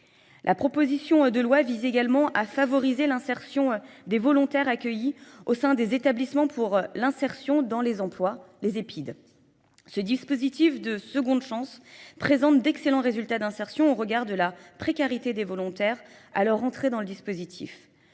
La proposition de loi vise également à favoriser l'insertion des volontaires accueillis au sein des établissements pour l'insertion dans les emplois, les épides. Ce dispositif de seconde chance présente d'excellents résultats d'insertion au regard de la précarité des volontaires à leur entrée dans le dispositif.